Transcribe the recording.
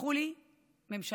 תסלחו לי, הממשלה,